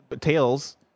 tails